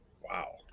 wow